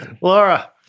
Laura